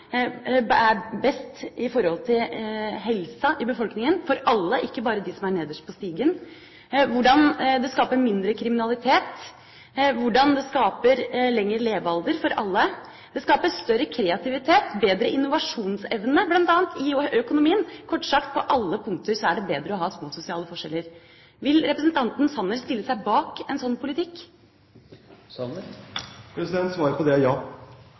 er best for helsa i befolkningen – for alle, ikke bare for dem som er nederst på stigen, hvordan det skaper mindre kriminalitet, hvordan det skaper lengre levealder for alle, skaper større kreativitet, bedre innovasjonsevne, bl.a. i økonomien. Kort sagt er det på alle punkter bedre å ha små sosiale forskjeller. Vil representanten Sanner stille seg bak en sånn politikk? Svaret på det er ja.